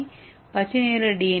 ஏ பச்சை நிற டி